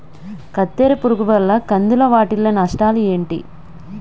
కత్తెర పురుగు వల్ల కంది లో వాటిల్ల నష్టాలు ఏంటి